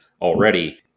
already